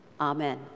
Amen